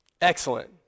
Excellent